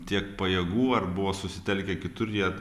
tiek pajėgų ar buvo susitelkę kitur jie